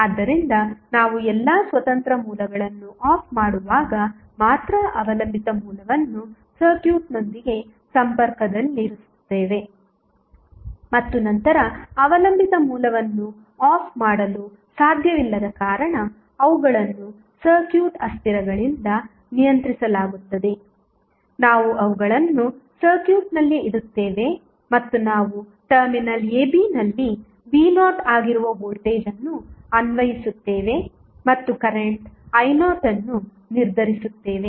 ಆದ್ದರಿಂದ ನಾವು ಎಲ್ಲಾ ಸ್ವತಂತ್ರ ಮೂಲಗಳನ್ನು ಆಫ್ ಮಾಡುವಾಗ ಮಾತ್ರ ಅವಲಂಬಿತ ಮೂಲವನ್ನು ಸರ್ಕ್ಯೂಟ್ನೊಂದಿಗೆ ಸಂಪರ್ಕದಲ್ಲಿರಿಸುತ್ತೇವೆ ಮತ್ತು ನಂತರ ಅವಲಂಬಿತ ಮೂಲವನ್ನು ಆಫ್ ಮಾಡಲು ಸಾಧ್ಯವಿಲ್ಲದ ಕಾರಣ ಅವುಗಳನ್ನು ಸರ್ಕ್ಯೂಟ್ ಅಸ್ಥಿರಗಳಿಂದ ನಿಯಂತ್ರಿಸಲಾಗುತ್ತದೆ ನಾವು ಅವುಗಳನ್ನು ಸರ್ಕ್ಯೂಟ್ನಲ್ಲಿ ಇಡುತ್ತೇವೆ ಮತ್ತು ನಾವು ಟರ್ಮಿನಲ್ ab ನಲ್ಲಿ v0 ಆಗಿರುವ ವೋಲ್ಟೇಜ್ ಅನ್ನು ಅನ್ವಯಿಸುತ್ತೇವೆ ಮತ್ತು ಕರೆಂಟ್ i0 ಅನ್ನು ನಿರ್ಧರಿಸುತ್ತೇವೆ